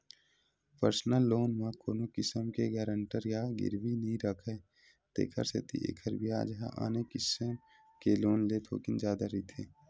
personal loan म कोनो किसम के गारंटर या गिरवी नइ राखय तेखर सेती एखर बियाज ह आने किसम के लोन ले थोकिन जादा रहिथे